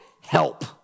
help